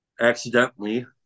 accidentally